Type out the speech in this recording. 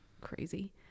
crazy